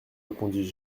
répondis